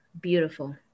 beautiful